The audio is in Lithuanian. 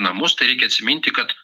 namus tai reikia atsiminti kad